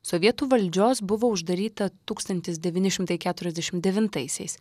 sovietų valdžios buvo uždaryta tūkstantis devyni šimtai keturiasdešimt devintaisiais